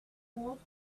wolfed